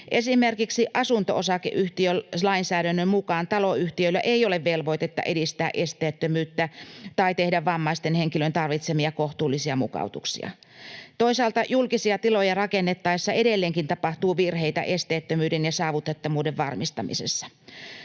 Esimerkiksi asunto-osakeyhtiölainsäädännön mukaan taloyhtiöillä ei ole velvoitetta edistää esteettömyyttä tai tehdä vammaisten henkilöiden tarvitsemia kohtuullisia mukautuksia. Toisaalta julkisia tiloja rakennettaessa edelleenkin tapahtuu virheitä esteettömyyden ja saavutettavuuden varmistamisessa.